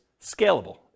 scalable